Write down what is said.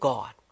God